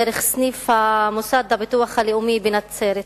דרך סניף מוסד הביטוח הלאומי בנצרת.